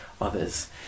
others